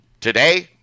Today